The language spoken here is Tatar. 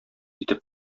итеп